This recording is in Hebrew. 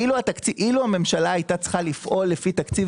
אילו הממשלה הייתה צריכה לפעול לפי תקציב